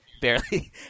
barely